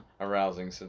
...arousing